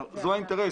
זה האינטרס